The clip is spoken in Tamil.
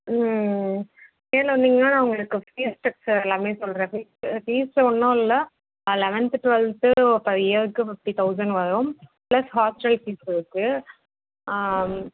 நேரில் வந்தீங்கன்னா நான் உங்களுக்கு ஃபீஸ் ஸ்ட்ரக்ச்சர் எல்லாமே சொல்கிறேன் ஃபீஸ் ஃபீஸ் ஒன்றும் இல்லை லெவன்த்து ட்வெல்த்து பெர் இயருக்கு ஃபிஃப்ட்டி தௌசண்ட் வரும் ப்ளஸ் ஹாஸ்டல் பீஸ் வருது